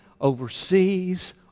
overseas